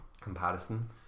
comparison